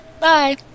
bye